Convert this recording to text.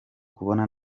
kubona